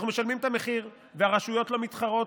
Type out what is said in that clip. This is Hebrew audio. אנחנו משלמים את המחיר, והרשויות לא מתחרות,